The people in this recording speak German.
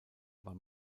war